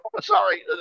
Sorry